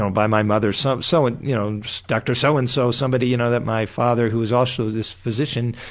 um by my mother, so so and you know so dr so-and-so, so and so somebody you know that my father, who's also this physician,